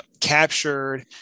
captured